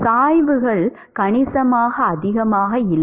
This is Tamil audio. சாய்வுகள் கணிசமாக அதிகமாக இல்லை